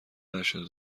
نشو